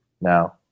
now